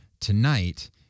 Tonight